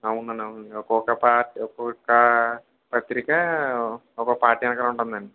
అవునండి అవునండి ఒకొక్క పా ఒకొక్కా పత్రికా ఒక పార్టీ ఎనకల ఉంటుందండి